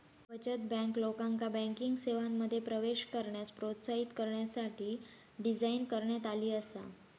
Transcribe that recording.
बचत बँक, लोकांका बँकिंग सेवांमध्ये प्रवेश करण्यास प्रोत्साहित करण्यासाठी डिझाइन करण्यात आली आसा